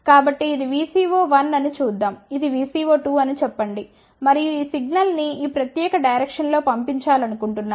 కాబట్టి ఇది VCO 1 అని చూద్దాం ఇది VCO2 అని చెప్పండి మరియు ఈ సిగ్నల్ ను ఈ ప్రత్యేక డైరెక్షన్ లో పంపించాలనుకుంటున్నాము